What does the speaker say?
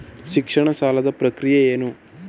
ಶಿಕ್ಷಣ ಸಾಲದ ಪ್ರಕ್ರಿಯೆ ಏನು?